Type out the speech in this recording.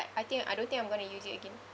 I think I don't think I'm gonna use it again